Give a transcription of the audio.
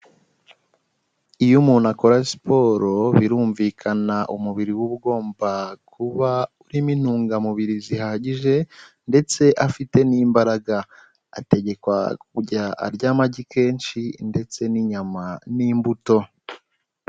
Iyo umuntu akora siporo birumvikana umubiri we uba ugomba kuba urimo intungamubiri zihagije ndetse afite n'imbaraga, ategekwa kujya arya amagi kenshi ndetse n'inyama n'imbuto.